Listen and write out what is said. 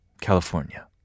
California